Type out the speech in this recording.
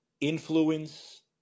influence